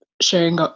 sharing